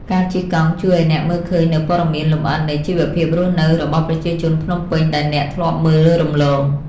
ការជិះកង់ជួយឱ្យអ្នកមើលឃើញនូវព័ត៌មានលម្អិតនៃជីវភាពរស់នៅរបស់ប្រជាជនភ្នំពេញដែលអ្នកធ្លាប់មើលរំលង។